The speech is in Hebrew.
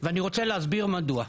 ואני רוצה להסביר מדוע,